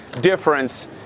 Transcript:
difference